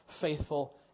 faithful